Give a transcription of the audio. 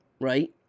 right